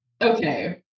okay